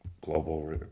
global